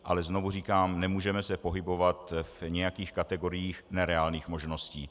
Ale znovu říkám, nemůžeme se pohybovat v nějakých kategorií nereálných možností.